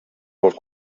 pel